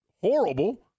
horrible